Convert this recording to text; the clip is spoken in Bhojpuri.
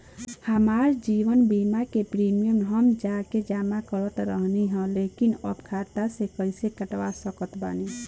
हमार जीवन बीमा के प्रीमीयम हम जा के जमा करत रहनी ह लेकिन अब खाता से कइसे कटवा सकत बानी?